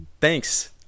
thanks